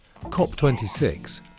COP26